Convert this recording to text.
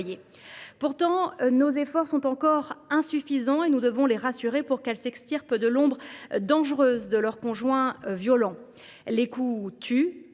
Pourtant, nos efforts restent insuffisants, et nous devons continuer de les rassurer pour qu’elles s’extirpent de l’ombre dangereuse de leur conjoint violent. Les coups tuent,